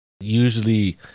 Usually